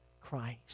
Christ